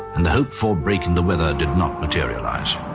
and the hoped-for break in the weather did not materialise.